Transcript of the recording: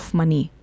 money